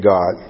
God